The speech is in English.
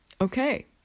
Okay